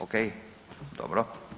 Ok, dobro.